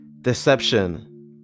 deception